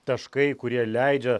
taškai kurie leidžia